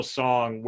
song